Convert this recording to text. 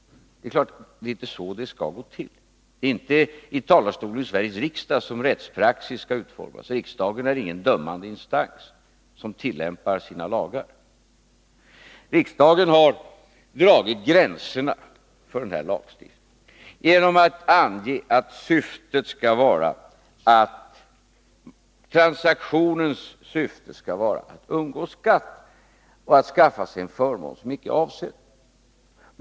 Det är klart att det inte är så det skall gå till. Det är inte från talarstolen i Sveriges riksdag som rättspraxis skall utformas. Riksdagen är ingen dömande instans, som tillämpar sina lagar. Riksdagen har i den här lagstiftningen dragit upp gränserna genom att ange att transaktionens syfte skall vara att undgå skatt och att skaffa sig en förmån som icke är avsedd.